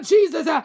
Jesus